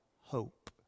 hope